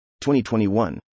2021